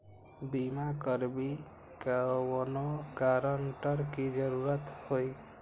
बिमा करबी कैउनो गारंटर की जरूरत होई?